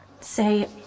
Say